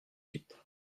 huit